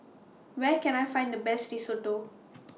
Where Can I Find The Best Risotto